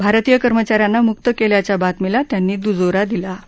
भारतीय कर्मचाऱ्यांना मुक्त केल्याच्या बातमीला त्यांनी दुजोरा दिला आहे